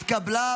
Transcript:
נתקבל.